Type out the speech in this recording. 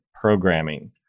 programming